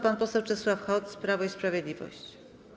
Pan poseł Czesław Hoc, Prawo i Sprawiedliwość.